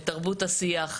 תרבות השיח.